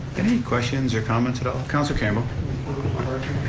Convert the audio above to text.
any questions or comments at all, councilor campbell. are